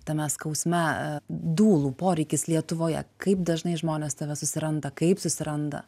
tame skausme dūlų poreikis lietuvoje kaip dažnai žmonės tave susiranda kaip susiranda